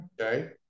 Okay